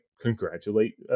congratulate